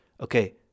okay